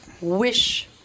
wish